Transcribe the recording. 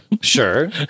Sure